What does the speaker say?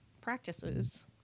practices